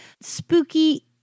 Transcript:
spooky